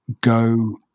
go